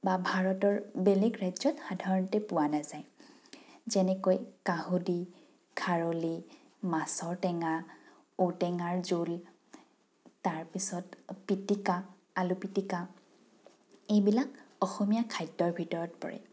বা ভাৰতৰ বেলেগ ৰাজ্যত সাধাৰণতে পোৱা নাযায় যেনেকৈ কাহুদি খাৰলি মাছৰ টেঙা ঔটেঙাৰ জোল তাৰপিছত পিটিকা আলু পিটিকা এইবিলাক অসমীয়া খাদ্যৰ ভিতৰত পৰে